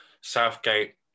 Southgate